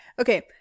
Okay